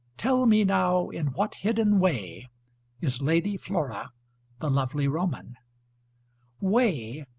tell me now, in what hidden way is lady flora the lovely roman way,